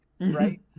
right